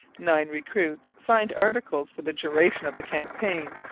nine recruits signed articles for the duration of the campaign,